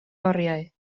oriau